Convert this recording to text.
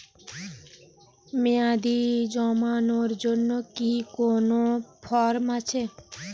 মেয়াদী জমানোর জন্য কি কোন ফর্ম আছে?